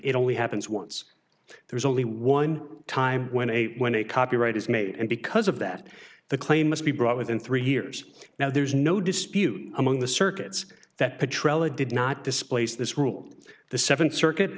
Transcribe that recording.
it only happens once there's only one time when a when a copyright is made and because of that the claim must be brought within three years now there's no dispute among the circuits that patrol it did not displace this rule the th circuit